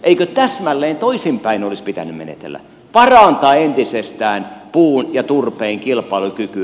eikö täsmälleen toisinpäin olisi pitänyt menetellä parantaa entisestään puun ja turpeen kilpailukykyä